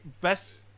best